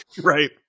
Right